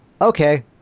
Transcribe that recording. okay